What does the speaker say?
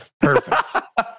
Perfect